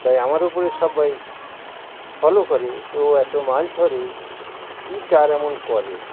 তাই আমার উপরে সবাই ফলো করে যে ও এত মাছ ধরে কী চার এমন করে